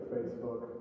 Facebook